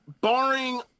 Barring